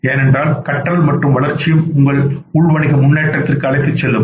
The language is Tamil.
ஏனென்றால் கற்றல் மற்றும் வளர்ச்சியும்உங்களை உள் வணிக முன்னேற்றத்திற்கு அழைத்துச் செல்லும்